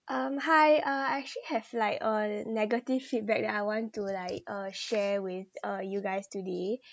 um hi uh I actually have like a negative feedback that I want to like uh share with uh you guys today